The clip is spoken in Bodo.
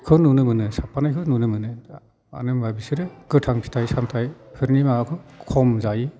खौ नुनो मोनो साफफानायखौ नुनो मोनो मानो होनबा बिसोरो गोथां फिथाइ सामथाइफोरनि माबाखौ खम जायो